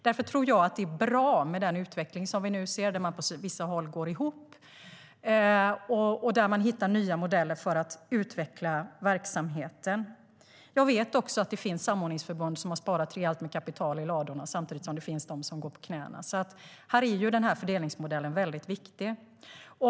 Därför är den utveckling som vi nu ser bra; på vissa håll går man ihop och hittar nya modeller för att utveckla verksamheten. Jag vet att det finns samordningsförbund som har sparat rejält med kapital i ladorna samtidigt som det finns de som går på knäna. Här är fördelningsmodellen alltså viktig.